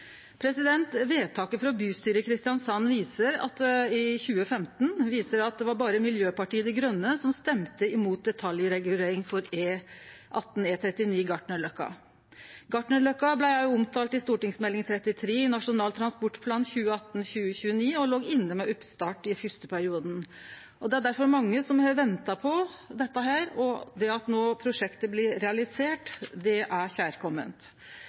Vedtaket frå bystyret i Kristiansand i 2015 viser at det berre var Miljøpartiet Dei Grøne som stemde imot detaljregulering for E18/E39 Gartnerløkka. Gartnerløkka blei òg omtalt i Meld. St. 33 for 2016–2017, Nasjonal transportplan 2018–2029, og låg inne med oppstart i første periode. Det er difor mange som har venta på dette, og at prosjektet no blir realisert, er